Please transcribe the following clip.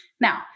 Now